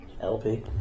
LP